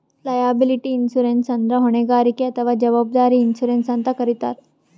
liability insurance ಅಂದ್ರ ಹೊಣೆಗಾರಿಕೆ ಅಥವಾ ಜವಾಬ್ದಾರಿ ಇನ್ಶೂರೆನ್ಸ್ ಅಂತ್ ಕರಿತಾರ್